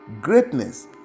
greatness